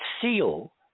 seal